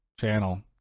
channel